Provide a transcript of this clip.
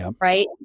right